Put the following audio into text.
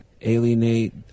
alienate